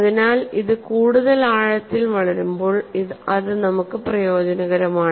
അതിനാൽ അത് കൂടുതൽ ആഴത്തിൽ വളരുമ്പോൾ അത് നമുക്ക് പ്രയോജനകരമാണ്